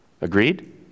Agreed